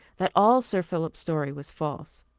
that all sir philip's story was false.